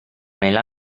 nella